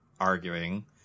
arguing